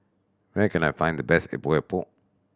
where can I find the best Epok Epok